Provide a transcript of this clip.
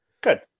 Good